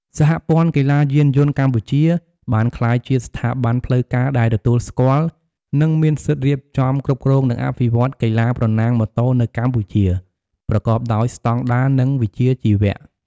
សហព័ន្ធកីឡាយានយន្តកម្ពុជា បានក្លាយជាស្ថាប័នផ្លូវការដែលទទួលស្គាល់ និងមានសិទ្ធិរៀបចំ គ្រប់គ្រង និងអភិវឌ្ឍកីឡាប្រណាំងម៉ូតូនៅកម្ពុជា ប្រកបដោយស្តង់ដារ និងវិជ្ជាជីវៈ។